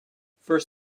first